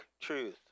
truth